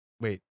wait